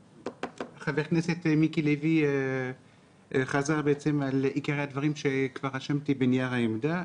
חבר הכנסת מיקי לוי חזר על עיקרי הדברים שכר רשמתי בנייר העמדה,